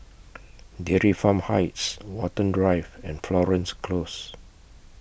Dairy Farm Heights Watten Drive and Florence Close